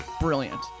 Brilliant